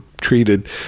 treated